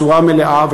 בצורה מלאה,